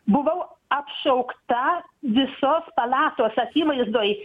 buvau apšaukta visos palatos akivaizdoj